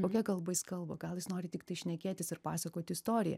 kokia kalba jis kalba gal jis nori tiktai šnekėtis ir pasakoti istoriją